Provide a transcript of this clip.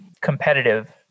competitive